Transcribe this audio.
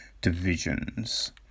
divisions